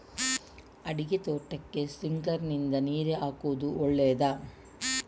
ಅಡಿಕೆ ತೋಟಕ್ಕೆ ಸ್ಪ್ರಿಂಕ್ಲರ್ ನಿಂದ ನೀರು ಹಾಕುವುದು ಒಳ್ಳೆಯದ?